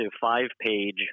five-page